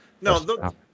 No